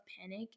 panic